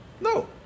No